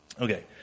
Okay